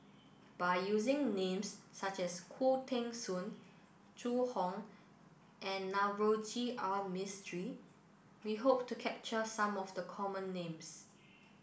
by using names such as Khoo Teng Soon Zhu Hong and Navroji R Mistri we hope to capture some of the common names